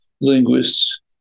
linguists